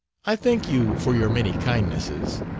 i thank you for your many kindnesses